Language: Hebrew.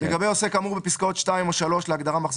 "(2)לגבי עוסק כאמור בפסקאות (2) או (3) להגדרה "מחזור